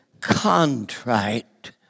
contrite